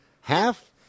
half